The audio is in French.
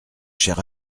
chère